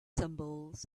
symbols